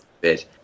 bit